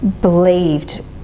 believed